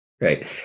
right